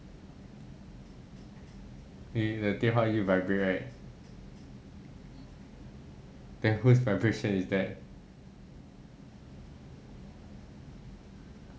你的电话又 vibrate right then whose vibration is that